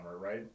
right